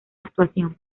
actuación